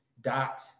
dot